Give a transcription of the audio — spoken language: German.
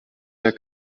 der